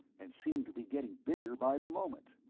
and seemed to be getting bigger by the moment.